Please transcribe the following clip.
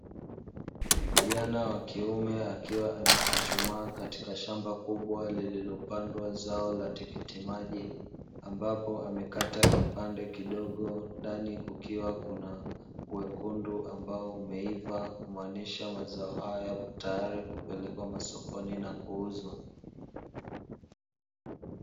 Kijana wa kiume akiwa amechuchumaa katika shamba kubwa lililopandwa zao la tikitimaji, ambapo amekata kipande kidogo ndani kukiwa kuna wekundu ambao umeiva, kumaanisha mazao hayo yapo tayari kupelekwa masokoni nakuuzwa.